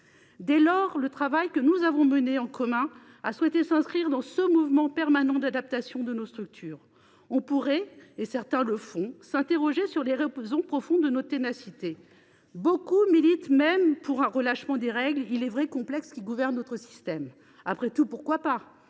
Dès lors, le travail que nous avons mené en commun a souhaité s’inscrire dans ce mouvement permanent d’adaptation de nos structures. On pourrait, comme le font certains, s’interroger sur les raisons profondes de notre ténacité. Beaucoup militent même pour un relâchement des règles, il est vrai complexes, qui gouvernent notre système. Après tout, pourquoi pas ?